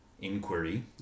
Inquiry